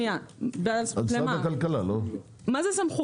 לא שילמו בזמן